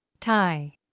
Thai